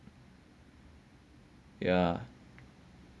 ya